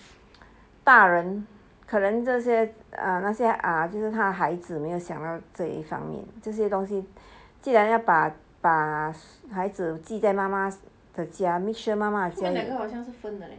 大人可能这些那些就是他孩子没有想到这一方面这些东西既然要把把孩子居在妈妈的家 make sure 妈妈的家